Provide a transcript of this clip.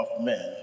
men